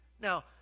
Now